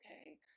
okay